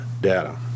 data